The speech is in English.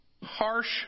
Harsh